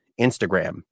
Instagram